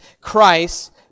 Christ